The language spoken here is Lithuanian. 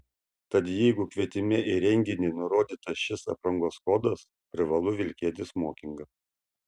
tad jeigu kvietime į renginį nurodytas šis aprangos kodas privalu vilkėti smokingą